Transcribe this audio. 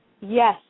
Yes